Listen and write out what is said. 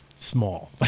small